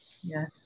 Yes